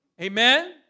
Amen